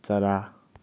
चरा